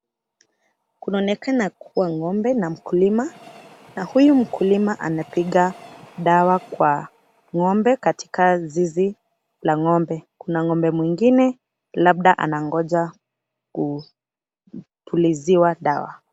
Kunaonekana kuwa ng'ombe na mkulima na huyu mkulima anapiga dawa kwa ng'ombe katika zizi la ng'ombe. Kuna ng'ombe mwingine, labda anangoja kupuliziwa dawa.